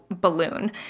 balloon